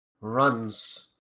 runs